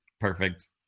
Perfect